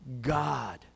God